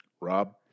Rob